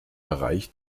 bereich